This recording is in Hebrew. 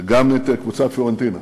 וגם את קבוצת "פיורנטינה".